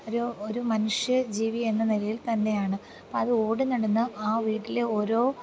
ഒരു ഒരു മനുഷ്യ ജീവിയെന്ന നിലയിൽ തന്നെയാണ് അപ്പം അത് ഓടി നടന്ന് ആ വീട്ടിലെ ഓരോ